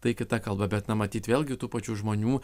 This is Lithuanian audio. tai kita kalba bet na matyt vėlgi tų pačių žmonių